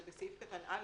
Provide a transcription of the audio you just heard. היא בסעיף קטן (א).